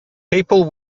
people